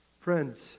Friends